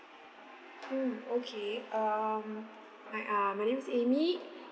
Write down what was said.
mm okay um I um my name is amy